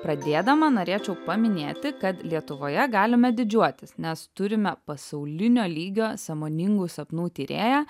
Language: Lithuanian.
pradėdama norėčiau paminėti kad lietuvoje galime didžiuotis nes turime pasaulinio lygio sąmoningų sapnų tyrėją